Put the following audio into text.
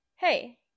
Hey